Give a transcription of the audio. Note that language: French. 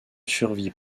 survit